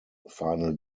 final